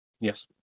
yes